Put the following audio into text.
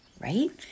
right